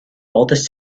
oldest